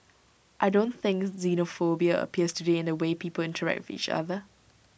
I don't think xenophobia appears today in the way people interact with each other